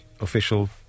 official